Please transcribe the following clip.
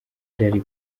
irari